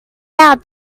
out